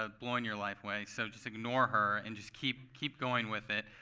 ah blowing your life away. so just ignore her and just keep keep going with it.